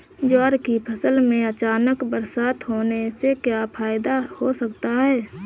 ज्वार की फसल में अचानक बरसात होने से क्या फायदा हो सकता है?